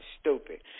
stupid